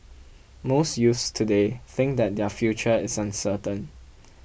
most youths today think that their future is uncertain